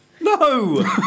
no